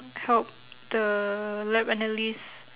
help the lab analyst